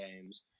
games